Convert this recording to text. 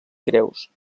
creus